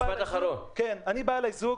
אני בא לזוג,